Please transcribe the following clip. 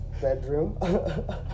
bedroom